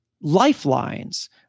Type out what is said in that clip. lifelines